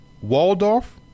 Waldorf